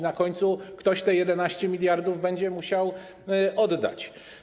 Na końcu ktoś te 11 mld zł będzie musiał oddać.